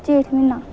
जेठ म्हीना